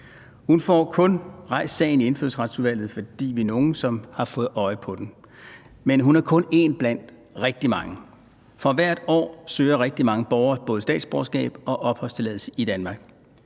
Hun får kun rejst sagen i Indfødsretsudvalget, fordi nogle af os har fået øje på den, men hun er kun en blandt rigtig mange, for hvert år søger rigtig mange borgere både statsborgerskab og opholdstilladelse i Danmark,